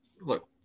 look